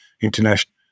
international